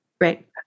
right